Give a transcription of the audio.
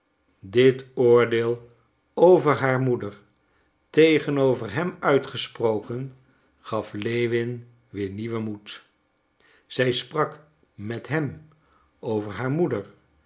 dit oordeel over haar moeder tegenover hem uitgesproken gaf lewin weer nieuwen moed zij sprak met hem over haar moeder